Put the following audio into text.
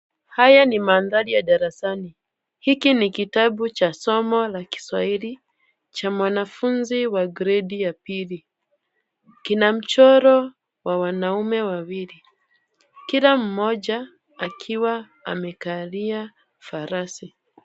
Haya ni mandhari ya darasani. Hiki ni kitabu cha somo la kiswahili cha mwanafunzi wa gredi ya pili. Kina mchoro wa wanaume wawili kila mmoja akikalia farasi.